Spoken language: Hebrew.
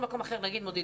העיריות, נכון.